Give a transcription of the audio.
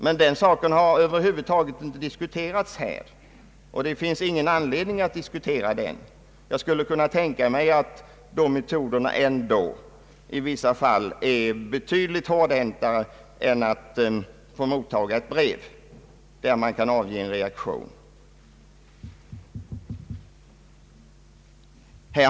Men den saken har över huvud taget inte diskuterats i kammaren, och det finns ingen anledning att ta upp den till diskussion. Jag skulle dock kunna tänka mig att metoderna i vissa fall är betyd ligt hårdhäntare än utsändandet av ett brev som vederbörande har att avge reaktion på.